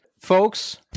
folks